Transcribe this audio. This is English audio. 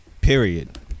Period